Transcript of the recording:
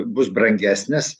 bus brangesnis